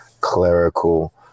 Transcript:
clerical